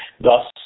Thus